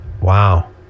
Wow